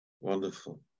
wonderful